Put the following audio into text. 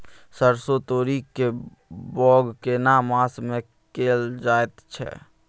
सरसो, तोरी के बौग केना मास में कैल जायत छै?